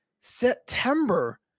September